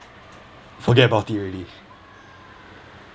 forget about it already